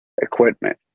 equipment